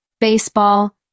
baseball